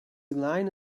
line